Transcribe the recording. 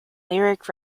lyric